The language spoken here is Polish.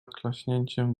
klaśnięciem